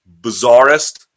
bizarrest